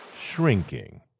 shrinking